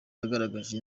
yagaragaje